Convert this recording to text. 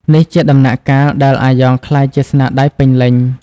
នេះជាដំណាក់កាលដែលអាយ៉ងក្លាយជាស្នាដៃពេញលេញ។